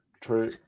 True